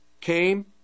came